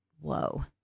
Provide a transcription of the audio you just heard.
Whoa